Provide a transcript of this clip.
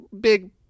big